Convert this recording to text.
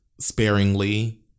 sparingly